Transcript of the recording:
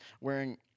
wearing